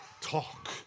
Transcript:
talk